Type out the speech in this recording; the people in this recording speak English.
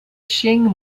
shing